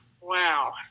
wow